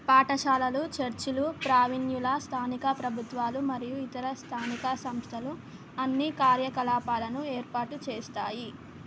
పాఠశాలలు చర్చ్లు ప్రావీణ్యుల స్థానిక ప్రభుత్వాలు మరియు ఇతర స్థానిక సంస్థలు అన్నీ కార్యకలాపాలను ఏర్పాటు చేస్తాయి